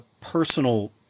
personal